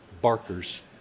barkers